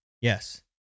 Yes